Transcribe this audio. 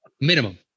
Minimum